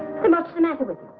and that's the matter with.